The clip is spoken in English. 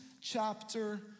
chapter